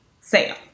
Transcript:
sale